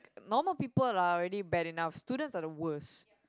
normal people are really bad enough students are the worst